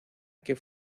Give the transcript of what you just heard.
que